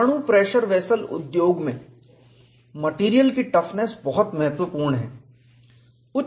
परमाणु pressure vessel उद्योग में मटेरियल की टफनेस बहुत महत्वपूर्ण है